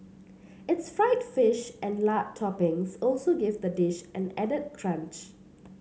its fried fish and lard toppings also give the dish an added crunch